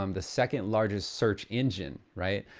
um the second largest search engine, right?